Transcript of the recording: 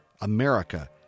America